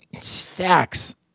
stacks